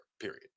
period